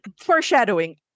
foreshadowing